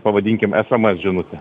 pavadinkim sms žinute